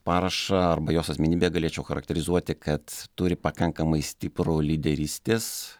parašą arba jos asmenybę galėčiau charakterizuoti kad turi pakankamai stiprų lyderystės